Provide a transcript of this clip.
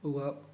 उहा